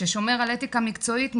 ששומר על אתיקה מקצועית,